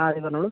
ആ അതെ പറഞ്ഞോളൂ